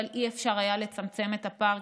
אבל לא היה אפשר לצמצם את הפער,